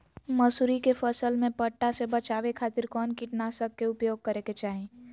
मसूरी के फसल में पट्टा से बचावे खातिर कौन कीटनाशक के उपयोग करे के चाही?